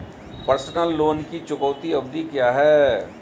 Personal loan की चुकौती अवधि क्या है?